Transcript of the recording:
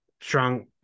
strong